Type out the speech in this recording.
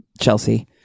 Chelsea